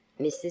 Mrs